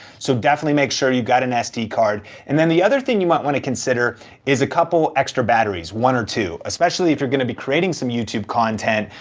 so definitely make sure you got an sd card. and then the other thing you might wanna consider is a couple extra batteries, one or two, especially if you're gonna be creating some youtube content,